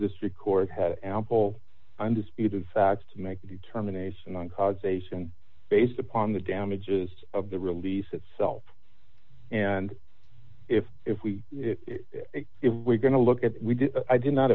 district court had ample undisputed facts to make a determination on causation based upon the damages of the release itself and if if we if we're going to look at it we did i did not